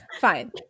fine